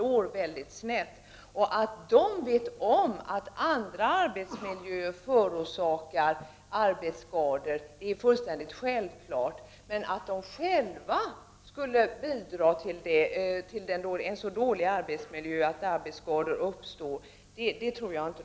Det är fullständigt självklart att man inom dessa organisationer vet om att andra miljöer förorsakar arbetsmiljöskador. Men jag tror inte att de håller med om att de själva skulle bidra till en så dålig arbetsmiljö att arbetsskador uppstår.